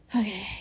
Okay